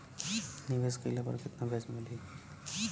निवेश काइला पर कितना ब्याज मिली?